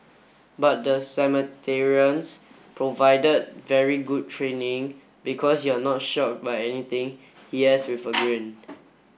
but the provided very good training because you're not shock by anything he adds with a grin